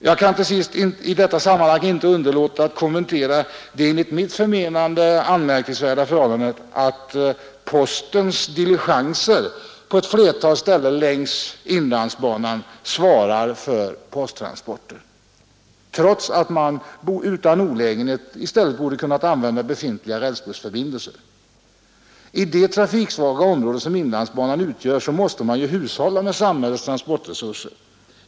Jag kan till sist inte underlåta att kommentera det enligt mitt förmenande anmärkningsvärda förhållandet att postens diligenser på ett flertal ställen längs inlandsbanan svarar för posttransporter, trots att man utan olägenhet i stället borde ha kunnat använda befintliga rälsbussför bindelser. I det trafiksvaga område som inlandsbanan går genom måste man ju hushålla med samhällets transportresurser.